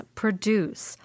produce